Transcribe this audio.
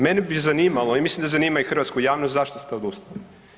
Mene bi zanimalo i mislim da zanima hrvatsku javnost zašto ste odustali?